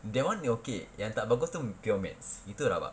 that one you are okay yang tak bagus tu pure maths itu rabak